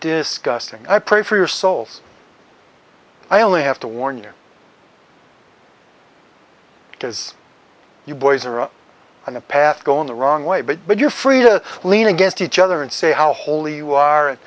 disgusting i pray for your souls i only have to warn you because you boys are up on a path going the wrong way but but you're free to lean against each other and say how holy you are